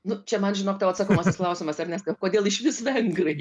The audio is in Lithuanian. nu čia man žinok tavo atsakomasis klausimas ernestai kodėl išvis vengrai